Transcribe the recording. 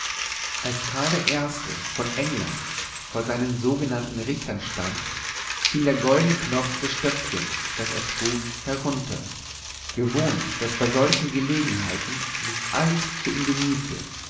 als karl der erste von england vor seinen sogenannten richtern stand fiel der goldne knopf des stöckchens das er trug herunter gewohnt daß bei solchen gelegenheiten sich alles für ihn bemühte